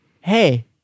Hey